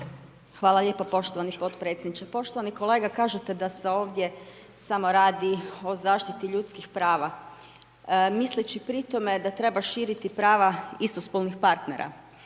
Hvala lijepo poštovani potpredsjedniče. Poštovani kolega, kažete da se ovdje samo radi o zaštiti ljudskih prava, misleći pri tome da treba širiti prava istospolnih partnera.